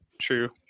true